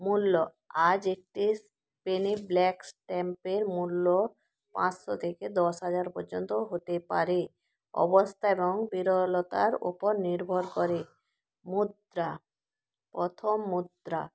মূল্য আজ একটি পেনি ব্ল্যাক স্ট্যাম্পের মূল্য পাঁচশো থেকে দশ হাজার পর্যন্ত হতে পারে অবস্থা এবং বিরলতার ওপর নির্ভর করে মুদ্রা প্রথম মুদ্রা